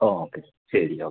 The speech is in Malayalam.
ഓ ഓക്കെ ശരി ഓക്കെ